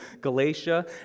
Galatia